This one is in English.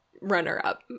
runner-up